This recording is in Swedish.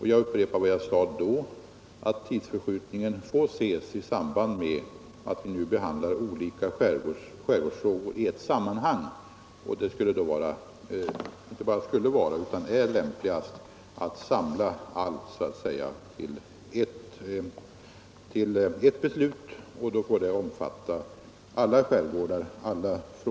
Jag sade då att tidsförskjutningen får ses i samband med att vi nu behandlar olika skärgårdsfrågor i ett sammanhang. Det är då lämpligt att samla alla frågor av den typ som herr Håkansson talat om till ert beslut, som omfattar alla skärgårdar.